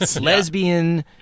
lesbian